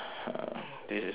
this is very interesting